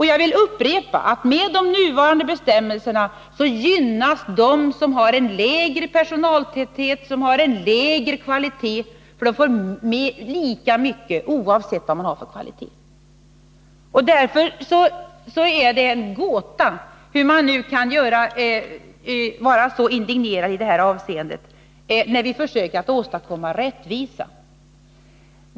Jag vill upprepa att med de nuvarande bestämmelserna gynnas de som har en lägre personaltäthet och en lägre kvalitet, eftersom de får lika mycket oavsett vilken kvalitet de har på barnomsorgen. Därför är det för mig en gåta hur man kan vara så indignerad i detta avseende, när vi försöker åstadkomma rättvisa.